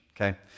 Okay